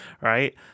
right